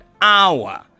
hour